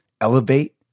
elevate